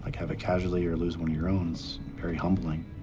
have a casualty or lose one of your own, it's very humbling.